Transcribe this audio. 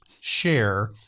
share